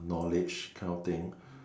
knowledge kind of thing